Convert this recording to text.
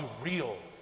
real